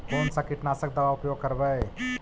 कोन सा कीटनाशक दवा उपयोग करबय?